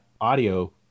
audio